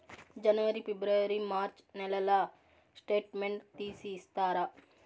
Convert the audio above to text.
జనవరి, ఫిబ్రవరి, మార్చ్ నెలల స్టేట్మెంట్ తీసి ఇస్తారా?